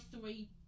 three